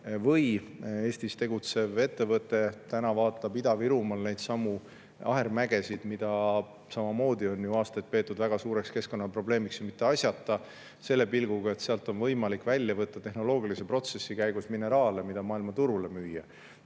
Üks Eestis tegutsev ettevõte vaatab täna Ida-Virumaal neidsamu aherainemägesid, mida samamoodi on ju aastaid peetud väga suureks keskkonnaprobleemiks – ja mitte asjata –, selle pilguga, et sealt on võimalik tehnoloogilise protsessi käigus välja võtta mineraale, mida maailmaturule müüa.